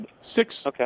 Six